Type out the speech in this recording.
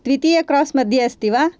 द्वितीय क्रास् मध्ये अस्ति वा